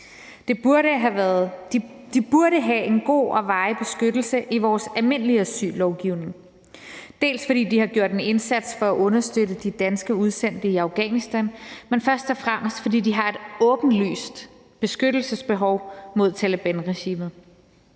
De burde have en god og varig beskyttelse i vores almindelige asyllovgivning, til dels fordi de har gjort en indsats for at understøtte de danske udsendte i Afghanistan, men først og fremmest fordi de har et åbenlyst beskyttelsesbehov mod Talebanregimet.